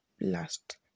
last